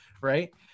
Right